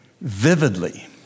vividly